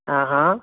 हा हा